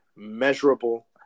measurable